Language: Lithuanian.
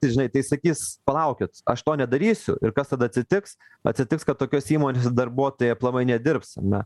tai žinai tai sakys palaukit aš to nedarysiu ir kas tada atsitiks atsitiks kad tokios įmonės darbuotojai aplamai nedirbs ar ne